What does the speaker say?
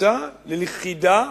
ללכידה